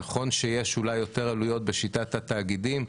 נכון שיש אולי יותר עלויות בשיטת התאגידים,